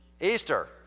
Easter